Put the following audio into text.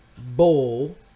Bowl